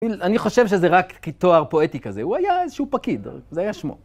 אני חושב שזה רק כתואר פואטי כזה, הוא היה איזשהו פקיד, זה היה שמו.